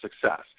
success